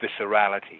viscerality